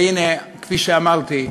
והנה, כפי שאמרתי,